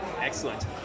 Excellent